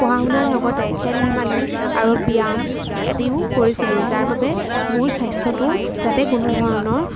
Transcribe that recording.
পঢ়া শুনাৰ লগতে খেল ধেমালি আৰু ব্যায়াম আদিও কৰিছিলোঁ যাৰ বাবে মোৰ স্বাস্থ্য়টোৰ যাতে কোনোধৰণৰ